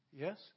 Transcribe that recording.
yes